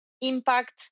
impact